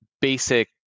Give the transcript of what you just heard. basic